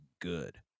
good